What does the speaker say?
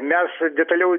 mes detaliau